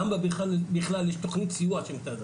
למה בכלל יש תכנית סיוע של משרד החינוך?